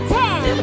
time